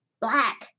black